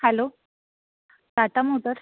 hello Tata Motors